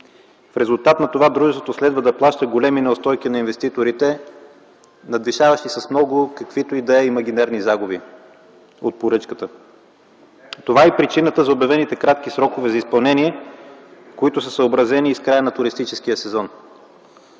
В резултат на това дружеството следва да плаща големи неустойки на инвеститорите, надвишаващи с много каквито и да е имагинерни загуби от поръчката. Това е причината за обявените кратки срокове за изпълнение, съобразени и с края на туристическия сезон.